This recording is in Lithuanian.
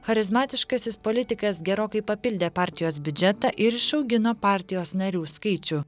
charizmatiškasis politikas gerokai papildė partijos biudžetą ir išaugino partijos narių skaičių